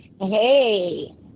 hey